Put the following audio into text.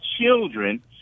children